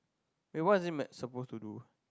wait what is it me~ suppose to do